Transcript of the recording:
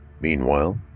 Meanwhile